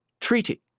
treaty